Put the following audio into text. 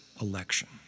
election